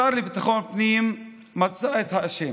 השר לביטחון הפנים מצא את האשם,